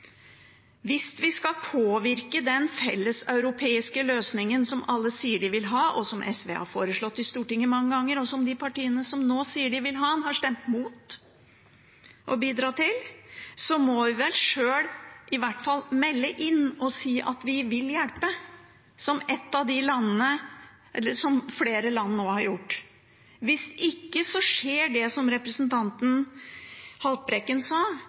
Hvis vi skal påvirke den felleseuropeiske løsningen som alle sier de vil ha, og som SV har foreslått i Stortinget mange ganger, og som de partiene som nå sier de vil ha, har stemt mot å bidra til, må vi vel sjøl i hvert fall melde inn og si at vi vil hjelpe, som flere land nå har gjort. Hvis ikke skjer det som representanten Haltbrekken sa,